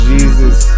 Jesus